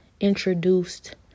introduced